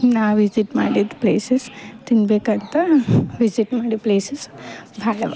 ನಾ ವಿಜಿಟ್ ಮಾಡಿದ ಪ್ಲೇಸಸ್ ತಿನ್ಬೇಕಂತ ವಿಸಿಟ್ ಮಾಡಿ ಪ್ಲೇಸಸ್ ಭಾಳ್ಯಾವ